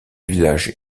village